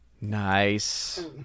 Nice